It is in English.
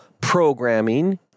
programming